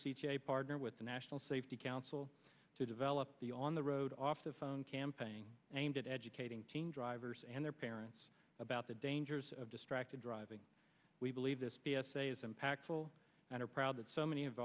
j partner with the national safety council to develop the on the road off the phone campaign aimed at educating teen drivers and their parents about the dangers of distracted driving we believe this p s a is impactful and i'm proud that so many